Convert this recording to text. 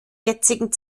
jetzigen